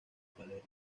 palermo